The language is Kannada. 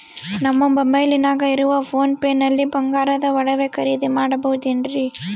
ನಮ್ಮ ಮೊಬೈಲಿನಾಗ ಇರುವ ಪೋನ್ ಪೇ ನಲ್ಲಿ ಬಂಗಾರದ ಒಡವೆ ಖರೇದಿ ಮಾಡಬಹುದೇನ್ರಿ?